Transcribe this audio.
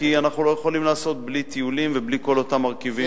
כי אנחנו לא יכולים לעשות בלי טיולים ובלי כל אותם מרכיבים.